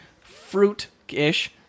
fruit-ish